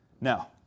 Now